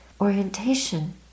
orientation